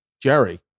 jerry